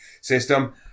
system